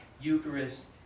Eucharist